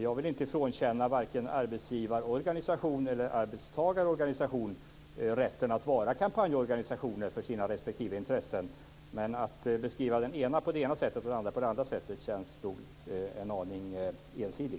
Jag vill inte frånkänna vare sig arbetsgivarorganisationer eller arbetstagarorganisationer rätten att vara kampanjorganisationer för sina respektive intressen, men att beskriva den ena på det ena sättet och den andra på det andra sättet känns en aning ensidigt.